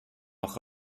auch